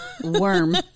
worm